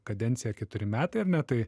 kadencija keturi metai ar ne tai